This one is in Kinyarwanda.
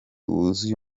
wuzuye